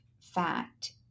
fact